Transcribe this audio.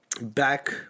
back